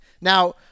Now